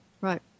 right